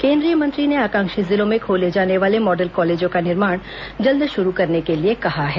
केन्द्रीय मंत्री ने आकांक्षी जिलों में खोले जाने वाले मॉडल कालेजों का निर्माण जल्द शुरू करने को कहा है